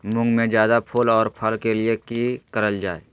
मुंग में जायदा फूल और फल के लिए की करल जाय?